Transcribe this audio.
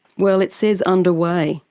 well, it says underway,